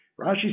Rashi